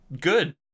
good